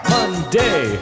Monday